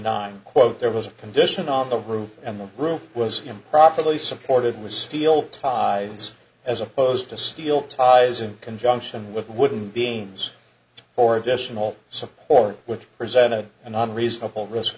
nine quote there was a condition on the roof and the room was improperly supported with steel ties as opposed to steel ties in conjunction with wooden beams or additional support which presented an unreasonable risk